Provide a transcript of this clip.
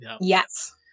Yes